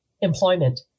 employment